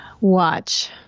watch